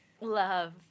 Love